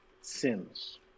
sins